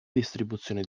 distribuzione